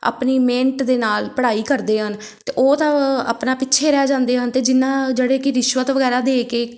ਆਪਣੀ ਮਿਹਨਤ ਦੇ ਨਾਲ ਪੜ੍ਹਾਈ ਕਰਦੇ ਹਨ ਅਤੇ ਉਹ ਤਾਂ ਆਪਣਾ ਪਿੱਛੇ ਰਹਿ ਜਾਂਦੇ ਹਨ ਅਤੇ ਜਿਨ੍ਹਾਂ ਜਿਹੜੇ ਕਿ ਰਿਸ਼ਵਤ ਵਗੈਰਾ ਦੇ ਕੇ